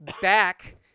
back